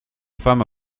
femme